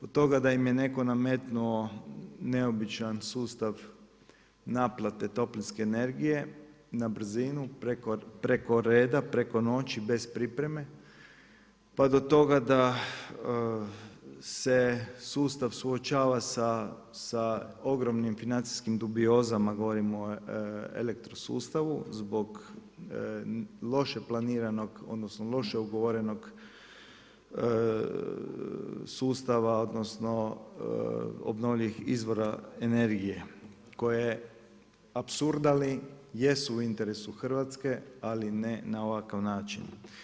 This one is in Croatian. Od toga da im je netko nametnuo neobičan sustav naplate toplinske energije na brzinu, preko reda, preko noći bez pripreme pa do toga da se sustav suočava sa ogromnim financijskim dubiozama, govorim o elektrosustavu zbog loše planiranog, odnosno loše ugovorenog sustava, odnosno obnovljivih izvora energije koje apsurda li jesu u interesu Hrvatske ali ne na ovakav način.